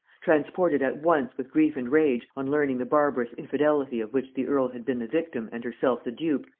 transported at once with grief and rage, on learning the barbarous infidelity of which the earl had been the victim and herself the dupe,